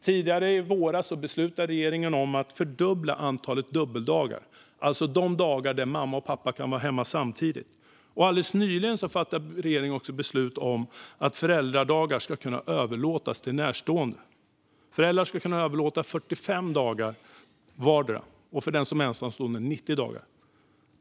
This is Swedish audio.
Tidigare i våras beslutade regeringen att fördubbla antalet dubbeldagar, alltså de dagar där mamma och pappa kan vara hemma samtidigt. Alldeles nyligen fattade regeringen också beslut om att föräldradagar ska kunna överlåtas till närstående. Föräldrar ska kunna överlåta 45 dagar vardera, den som är ensamstående 90 dagar.